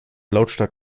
lautstark